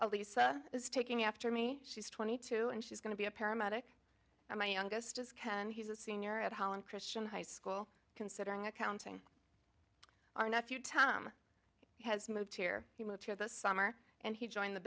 elisa is taking after me she's twenty two and she's going to be a paramedic my youngest is ken he's a senior at holland christian high school considering accounting our nephew tom has moved here he moved here this summer and he joined the